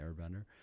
Airbender